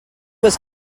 was